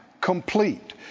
complete